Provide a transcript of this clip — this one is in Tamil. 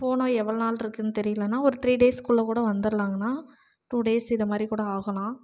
போனால் எவ்வளோ நாள் இருக்குனு தெரியல அண்ணா ஒரு த்ரீ டேஸ்க்குள்ளே கூட வந்துடலாங்கண்ணா டூ டேஸ் இது மாதிரி கூட ஆகலாம்